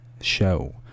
Show